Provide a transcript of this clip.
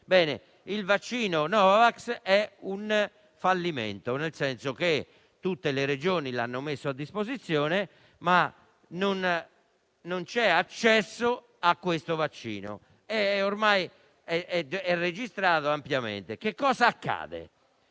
il vaccino Novavax è un fallimento, nel senso che tutte le Regioni l'hanno messo a disposizione, ma non c'è accesso a questo vaccino; e ormai è registrato ampiamente. Accade